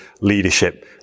leadership